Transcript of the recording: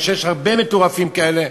ויש הרבה מטורפים כאלה,